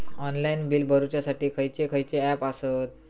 Online bill भरुच्यासाठी खयचे खयचे ऍप आसत?